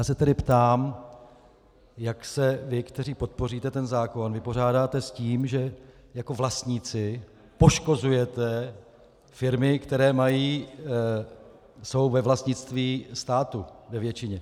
A já se tedy ptám, jak se vy, kteří podpoříte ten zákon, vypořádáte s tím, že jako vlastníci poškozujete firmy, které jsou ve vlastnictví státu ve většině?